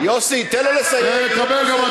יוסי, תן לו לסיים, יוסי, שב.